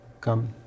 come